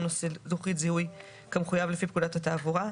נושא לוחית זיהוי כמחויב לפי פקודת התעבורה,